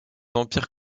empires